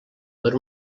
per